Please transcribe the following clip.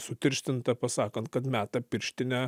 sutirštinta pasakant kad meta pirštinę